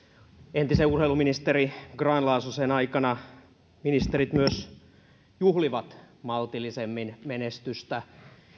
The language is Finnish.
entisen urheiluministeri grahn laasosen aikana ministerit myös juhlivat maltillisemmin menestystä